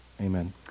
Amen